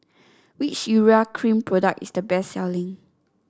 which Urea Cream product is the best selling